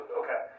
okay